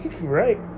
Right